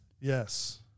Yes